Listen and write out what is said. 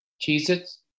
Jesus